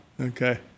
Okay